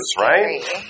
right